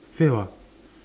fail ah